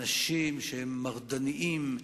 אנשים שהם מרדנים,